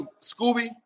Scooby